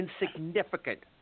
insignificant